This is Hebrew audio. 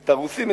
את הרוסים,